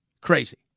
Crazy